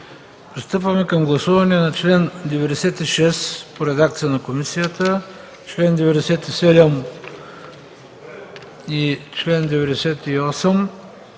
Пристъпваме към гласуване на чл. 96 по редакция на комисията, чл. 97 и чл. 98